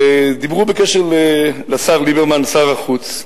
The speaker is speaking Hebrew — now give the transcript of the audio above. דיברו בקשר לשר ליברמן, שר החוץ.